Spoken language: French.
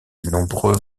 nombreux